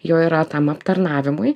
jo yra tam aptarnavimui